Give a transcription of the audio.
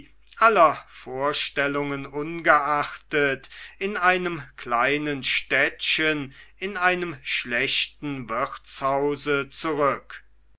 aller vorstellungen ungeachtet in einem kleinen städtchen in einem schlechten wirtshause zurück